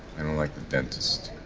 i don't like the dentist.